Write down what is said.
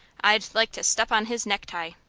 i'd like to step on his necktie.